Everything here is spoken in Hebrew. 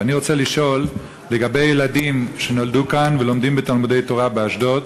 ואני רוצה לשאול לגבי ילדים שנולדו כאן ולומדים בתלמודי-תורה באשדוד.